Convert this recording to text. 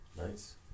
Nice